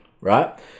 right